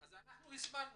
אנחנו הזמנו